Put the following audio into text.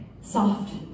soft